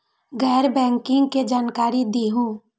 गैर बैंकिंग के जानकारी दिहूँ?